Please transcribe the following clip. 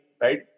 right